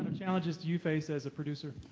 but challenges do you face as a producer?